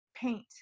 paint